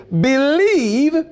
believe